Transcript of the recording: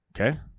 Okay